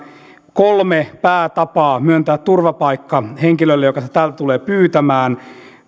kolme päätapaa myöntää turvapaikka henkilölle joka sitä täältä tulee pyytämään